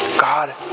God